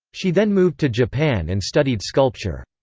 she then moved to japan and studied sculpture.